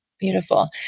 Beautiful